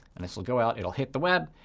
and this will go out, it'll hit the web.